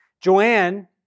Joanne